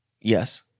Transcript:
Yes